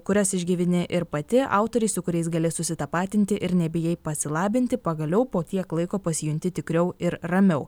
kurias išgyveni ir pati autoriai su kuriais gali susitapatinti ir nebijai pasilabinti pagaliau po tiek laiko pasijunti tikriau ir ramiau